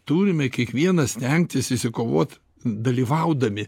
turime kiekvienas stengtis išsikovoti dalyvaudami